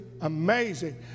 amazing